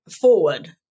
forward